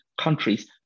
countries